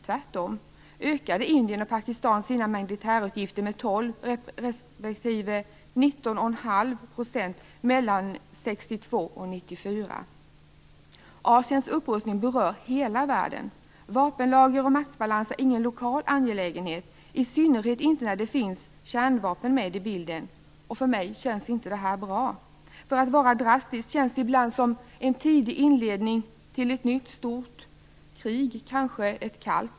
Tvärtom ökade Indien och Pakistan sina militärutgifter med 12 respektive 19,5 % mellan 1992 och 1994. Asiens upprustning berör hela världen. Vapenlager och maktbalanser är ingen lokal angelägenhet, i synnerhet inte när det finns kärnvapen med i bilden. Och för mig känns det inte bra. För att vara drastisk känns det ibland som inledningen till ett nytt kallt krig.